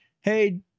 hey